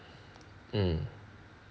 mm